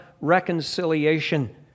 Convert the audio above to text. reconciliation